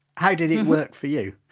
how did it work for you?